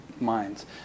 minds